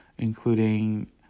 including